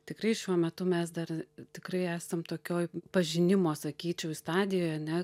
tikrai šiuo metu mes dar tikrai esam tokioj pažinimo sakyčiau stadijoje ne